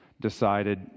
decided